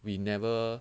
we never